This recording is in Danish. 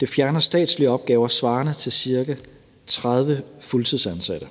Det fjerner statslige opgaver svarende til ca. 30 fuldtidsansatte.